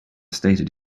stated